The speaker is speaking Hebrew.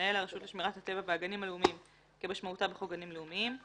מנהל הרשות לשמירת הטבע והגנים הלאומיים כמשמעותה בחוק גנים לאומיים,